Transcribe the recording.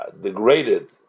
degraded